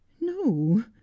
no